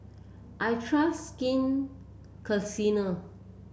I trust Skin